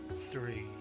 Three